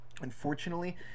Unfortunately